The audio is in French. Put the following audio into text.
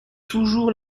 toujours